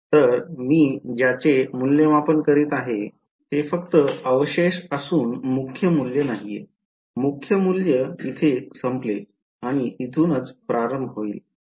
तर मी ज्याचे मूल्यमापन करीत आहे ते फक्त अवशेष असून मुख्य मूल्य नाहीये मुख्य मूल्य येथे संपेल आणि येथूनच प्रारंभ होईल